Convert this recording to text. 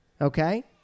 okay